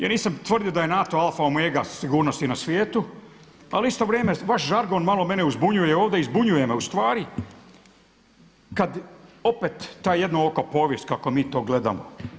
Ja nisam tvrdio da je NATO alfa omega sigurnosti na svijetu, ali u isto vrijeme vaš žargon malo mene zbunjuje me ovdje i zbunjuje me ustvari kada opet ta jednooka povijest kako mi to gledamo.